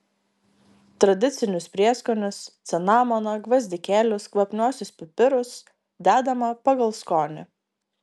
tradicinius prieskonius cinamoną gvazdikėlius kvapniuosius pipirus dedama pagal skonį